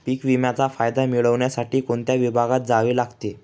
पीक विम्याचा फायदा मिळविण्यासाठी कोणत्या विभागात जावे लागते?